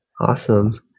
Awesome